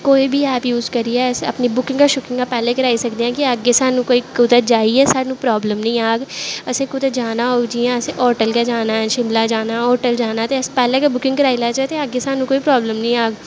कोई बी app use करियै अस अपनियां बुकिंगां शुकिंगा पैह्लें कराई सकदे आं कि अग्गें सानूं कुदै जाइयै सानूं प्राब्लम निं आह्ग असें कुदै जाना होग जियां असें होटल गै जाना ऐ शिमला जाना ऐ होटल जाना ऐ ते असें पैह्लें गै बुकिंग कराई लैचै ते अग्गें सानूं कोई प्राब्लम निं आह्ग